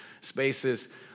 spaces